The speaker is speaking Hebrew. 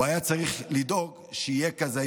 הוא היה צריך לדאוג שיהיה כזה,